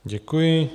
Děkuji.